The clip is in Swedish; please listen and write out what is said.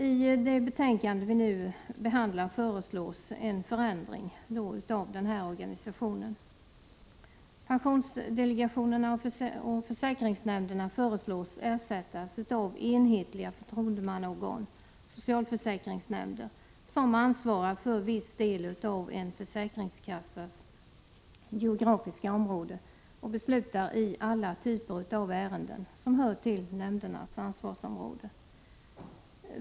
I det betänkande som vi nu behandlar föreslås en förändring av denna organisation. Pensionsdelegationerna och försäkringsnämnderna föreslås ersättas av enhetliga förtroendemannaorgan, socialförsäkringsnämnder, som ansvarar för en viss del av en försäkringskassas geografiska område och beslutar i alla typer av ärenden som hör till nämndernas ansvarsområden.